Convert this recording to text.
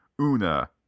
Una